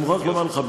אני מוכרח לומר לך,